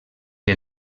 que